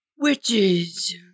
witches